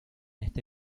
este